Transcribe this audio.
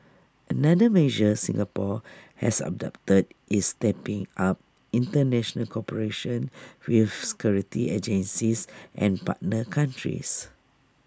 another measure Singapore has adopted is stepping up International cooperation with security agencies and partner countries